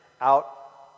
out